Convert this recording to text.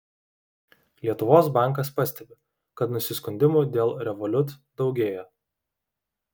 lietuvos bankas pastebi kad nusiskundimų dėl revolut daugėja